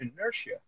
inertia